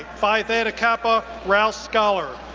phi theta kappa, rouse scholar.